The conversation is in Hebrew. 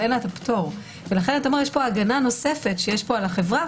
אתה אומר יש פה הגנה נוספת שיש פה על החברה